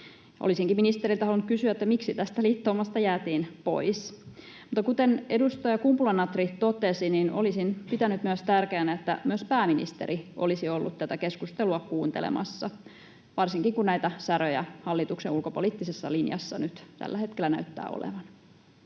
Olisinkin halunnut kysyä ministeriltä, miksi tästä liittoumasta jäätiin pois. Mutta kuten edustaja Kumpula-Natri totesi, olisin pitänyt myös tärkeänä, että pääministeri olisi ollut tätä keskustelua kuuntelemassa, varsinkin kun näitä säröjä hallituksen ulkopoliittisessa linjassa nyt tällä hetkellä näyttää olevan.